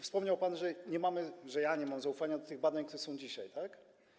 Wspomniał pan, że nie mamy, że ja nie mam zaufania do tych badań, które są prowadzone dzisiaj, tak?